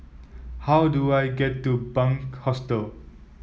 how do I get to Bunc Hostel